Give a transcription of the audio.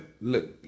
Look